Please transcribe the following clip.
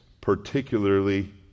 particularly